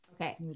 okay